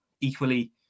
equally